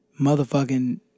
motherfucking